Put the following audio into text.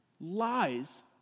lies